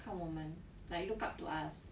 看我们 like look up to us